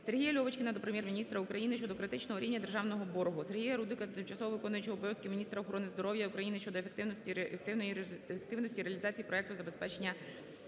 Сергія Льовочкіна до Прем'єр-міністра України щодо критичного рівня державного боргу. Сергія Рудика до тимчасово виконуючої обов'язки міністра охорони здоров'я України щодо ефективності реалізації проекту забезпечення